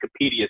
Wikipedia